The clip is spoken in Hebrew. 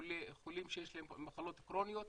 חולים שיש להם מחלות כרוניות.